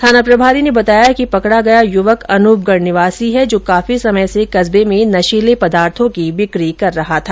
थाना प्रभारी ने बताया कि पकड़ा गया युवक अनूपगढ़ निवासी है जो काफी समय से कस्बे में नशीले पदार्थों की बिक्री कर रहा था